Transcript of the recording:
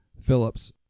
Phillips